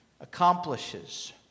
accomplishes